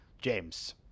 james